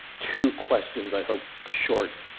two questions, i hope short.